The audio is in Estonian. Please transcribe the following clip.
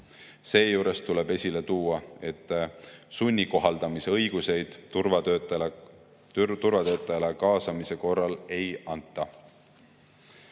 Seejuures tuleb esile tuua, et sunni kohaldamise õiguseid turvatöötajale kaasamise korral ei